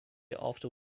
after